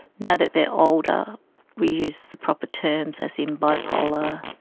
now that they are older we use the proper terms, as in bipolar,